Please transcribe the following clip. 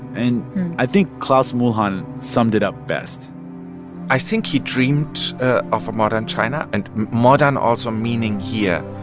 and i think klaus muhlhahn summed it up best i think he dreamed of a modern china. and modern also meaning here,